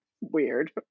weird